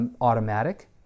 automatic